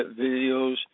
videos